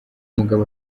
mugabo